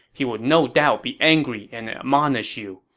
he would no doubt be angry and admonish you,